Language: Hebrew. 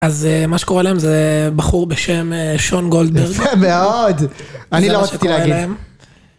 אז מה שקורה להם זה בחור בשם שון גולדברג. יפה מאוד! אני לא רציתי להגיד.זה מה שקורה להם